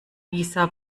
lisa